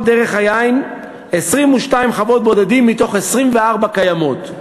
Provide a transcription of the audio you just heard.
"דרך היין" 22 חוות בודדים מתוך 24 קיימות,